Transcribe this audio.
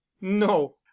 No